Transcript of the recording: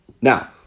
Now